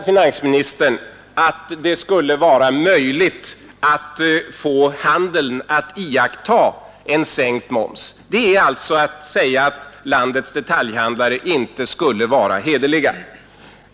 Finansministern betvivlade att det skulle vara möjligt att få handeln att iaktta en sänkning av momsen. Det är detsamma som att säga att landets detaljhandlare inte skulle vara hederliga.